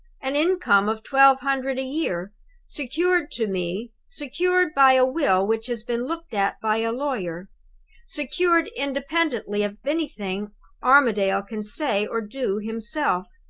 an income of twelve hundred a year secured to me secured by a will which has been looked at by a lawyer secured independently of anything armadale can say or do himself!